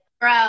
bro